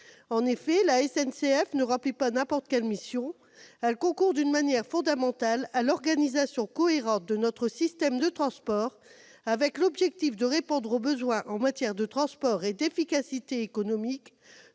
soutenable. La SNCF ne remplit pas n'importe quelle mission : elle concourt d'une manière fondamentale à l'organisation cohérente de notre système de transports, avec l'objectif de répondre aux besoins en matière de transports et d'efficacité économique,